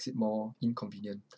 it more inconvenient